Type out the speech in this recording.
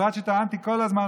ובפרט שטענתי כל הזמן,